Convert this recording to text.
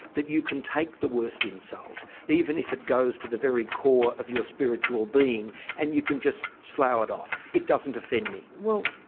that you can take the worst insult, even if it goes to the very core of your spiritual being and you can just slough it off? it doesn't offend me. well,